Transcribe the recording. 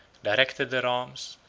directed their arms,